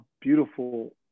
beautiful